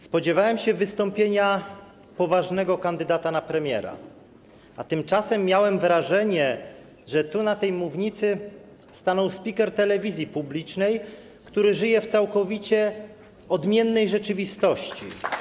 Spodziewałem się wystąpienia poważnego kandydata na premiera, a tymczasem miałem wrażenie, że na tej mównicy stanął spiker telewizji publicznej, który żyje w całkowicie odmiennej rzeczywistości.